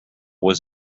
was